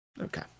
okay